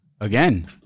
Again